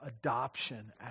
adoption